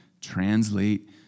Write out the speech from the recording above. translate